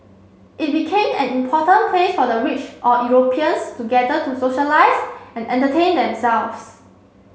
it became an important place for the rich or Europeans to gather to socialise and entertain themselves